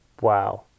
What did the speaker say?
Wow